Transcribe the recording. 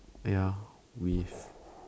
ya with